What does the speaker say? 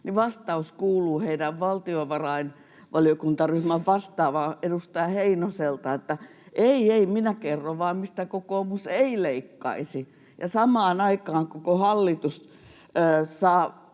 vastaus kuuluu heidän valtiovarainvaliokuntaryhmänsä vastaavalta, edustaja Heinoselta, että ”ei ei, minä kerron vain, mistä kokoomus ei leikkaisi”. Ja kun samaan aikaan koko hallitus saa